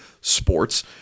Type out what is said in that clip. Sports